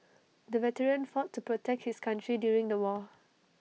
the veteran fought to protect his country during the war